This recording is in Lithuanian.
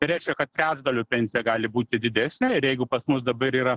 tai reiškia kad trečdaliu pensija gali būti didesnė ir jeigu pas mus dabar yra